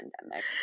pandemic